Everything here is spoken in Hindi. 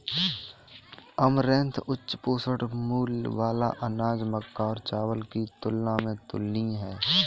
अमरैंथ उच्च पोषण मूल्य वाला अनाज मक्का और चावल की तुलना में तुलनीय है